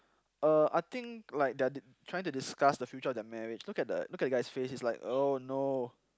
uh I think like they are trying to discuss the future of their marriage look at the look at that guy's face he's like oh no